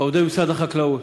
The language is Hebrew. עובדי משרד החקלאות.